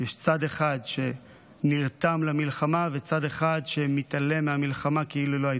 שיש צד אחד שנרתם למלחמה וצד אחד שמתעלם מהמלחמה כאילו לא הייתה.